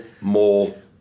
more